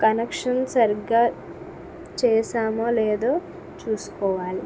connection సరిగ్గా చేసామో లేదో చూసుకోవాలి